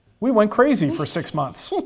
we went crazy for six months,